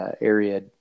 area